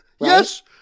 Yes